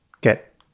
get